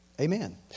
Amen